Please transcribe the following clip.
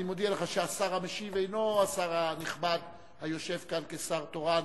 אני מודיע לך שהשר המשיב אינו השר הנכבד היושב כאן כשר תורן,